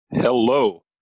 Hello